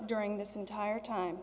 during this entire time